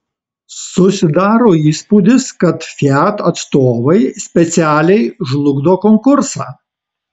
susidaro įspūdis kad fiat atstovai specialiai žlugdo konkursą